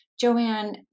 Joanne